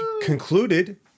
concluded